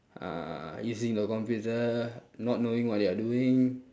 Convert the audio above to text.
uh using the computer not knowing what you are doing